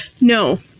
No